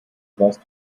warst